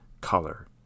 color